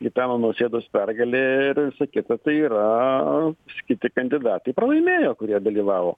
gitano nausėdos pergalė ir visa kita tai yra kiti kandidatai pralaimėjo kurie dalyvavo